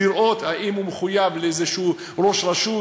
לראות אם הוא מחויב לאיזשהו ראש רשות,